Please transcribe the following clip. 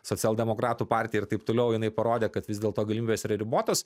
socialdemokratų partija ir taip toliau jinai parodė kad vis dėlto galimybės yra ribotos